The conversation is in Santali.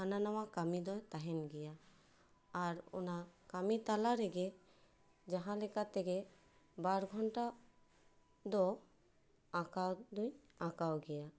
ᱦᱟᱱᱟ ᱱᱟᱣᱟ ᱠᱟᱹᱢᱤ ᱫᱚ ᱛᱟᱦᱮᱱ ᱜᱮᱭᱟ ᱟᱨ ᱚᱱᱟ ᱠᱟᱹᱢᱤ ᱛᱟᱞᱟ ᱨᱮᱜᱮ ᱡᱟᱦᱟᱸ ᱞᱮᱠᱟ ᱛᱮᱜᱮ ᱵᱟᱨᱜᱷᱚᱱᱴᱟ ᱫᱚ ᱟᱸᱠᱟᱣ ᱫᱩᱧ ᱟᱸᱠᱟᱣ ᱜᱮᱭᱟ